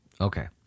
Okay